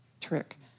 trick